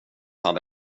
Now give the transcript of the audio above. hade